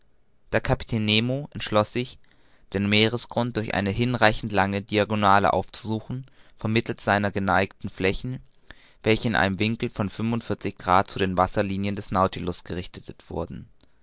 der kapitän nemo entschloß sich den meeresgrund durch eine hinreichend lange diagonale aufzusuchen vermittelst seiner geneigten flächen welche in einem winkel von fünfundvierzig grad zu den wasserlinien des nautilus gerichtet wurden